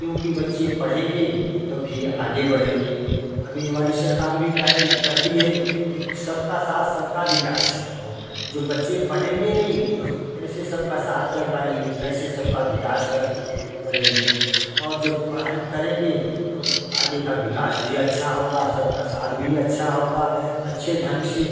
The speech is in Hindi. क्योंकि बच्चे पढ़ेंगे तभी आगे बढ़ेंगे अभी हमारी सरकार भी काहे कहती है कि सबका साथ सबका विकास हो जो बच्चे पढ़ेंगे नहीं तो कैसे सबका साथ कर पाएँगे कैसे सबका बिकास कर करेंगे और जब पढ़ाई करेंगे तो आगे का विकास भी अच्छा होगा सबका साथ भी अच्छा होगा अच्छे ढंग से